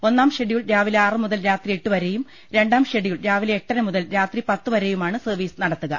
ഒന്നാം ഷെഡ്യൂൾ രാവിലെ ആറു മുതൽ രാത്രി എട്ടു വരെയും രണ്ടാം ഷെഡ്യൂൾ രാവിലെ എട്ടര മുതൽ രാത്രി പത്തു വരെയുമാണ് സർവീസ് നടത്തുക